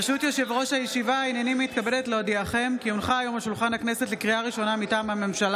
53 בעד, 34 מתנגדים אף כאן, ושני נוכחים.